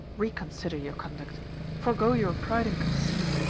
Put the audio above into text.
reconsider your conduct forego your pride and conceit,